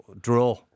Draw